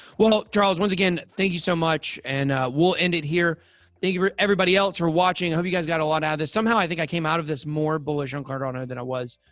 well, charles, once again, thank you so much, and we'll end it here. thank you for everybody else for watching. i hope you guys got a lot out of this. somehow i think i came out of this more bullish on cardano than i was.